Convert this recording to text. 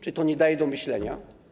Czy to nie daje do myślenia?